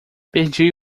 perdi